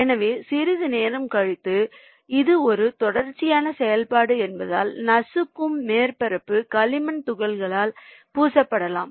எனவே சிறிது நேரம் கழித்து இது ஒரு தொடர்ச்சியான செயல்பாடு என்பதால் நசுக்கும் மேற்பரப்பு களிமண் துகள்களால் பூசப்படலாம்